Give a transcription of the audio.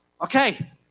Okay